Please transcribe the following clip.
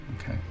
Okay